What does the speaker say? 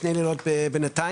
שני לילות בנתניה,